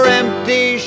empty